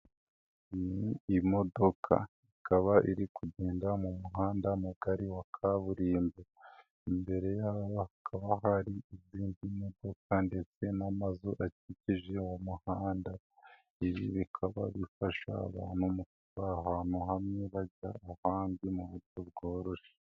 Imodoka ikaba iri kugenda mu muhanda mugari wa kaburimbo, imbere y'kaba hari izindi modoka ndetse n'amazu akikije uwo muhanda. Ibi bikaba bifasha abantu kuva ahantu hamwe bajya ahandi mu buryo bworoshye.